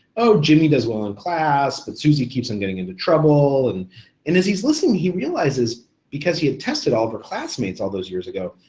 oh jimmy does well in class but suzy keeps on getting into trouble, and and as he's listening he realizes because he had tested all of her classmates all those years ago,